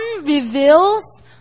reveals